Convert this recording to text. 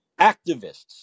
activists